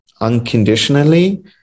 unconditionally